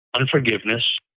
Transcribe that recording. unforgiveness